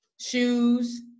shoes